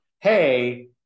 hey